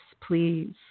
please